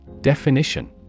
Definition